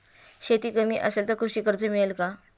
शेती कमी असेल तर कृषी कर्ज मिळेल का?